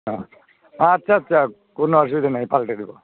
হ্যাঁ আচ্ছা আচ্ছা কোনো অসুবিধা নাই পাল্টে দিবো